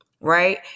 Right